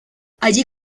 allí